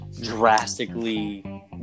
drastically